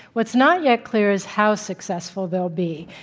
what's not yet clear is how successful they'll be,